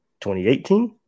2018